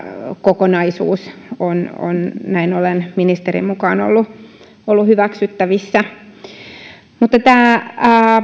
kokonaisuus on on näin ollen ministerin mukaan ollut hyväksyttävissä mutta tämä